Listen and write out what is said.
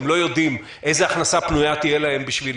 הם לא יודעים איזה הכנסה פנויה תהיה להם בשביל